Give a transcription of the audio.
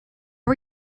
are